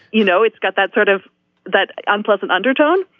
you know it's got that sort of that unpleasant undertone.